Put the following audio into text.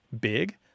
Big